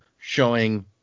showing